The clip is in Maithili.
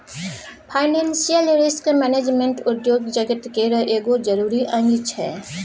फाइनेंसियल रिस्क मैनेजमेंट उद्योग जगत केर एगो जरूरी अंग छै